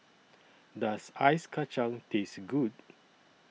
Does Ice Kacang Taste Good